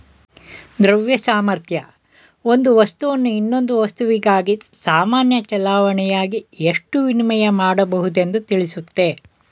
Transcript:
ದ್ರವ್ಯ ಸಾಮರ್ಥ್ಯ ಒಂದು ವಸ್ತುವನ್ನು ಇನ್ನೊಂದು ವಸ್ತುವಿಗಾಗಿ ಸಾಮಾನ್ಯ ಚಲಾವಣೆಯಾಗಿ ಎಷ್ಟು ವಿನಿಮಯ ಮಾಡಬಹುದೆಂದು ತಿಳಿಸುತ್ತೆ